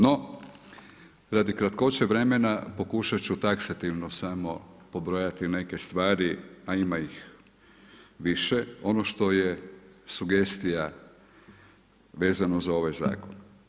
No, radi kratkoće vremena pokušat ću taksativno samo pobrojati neke stvari, a ima ih više ono što je sugestija vezano za ovaj zakon.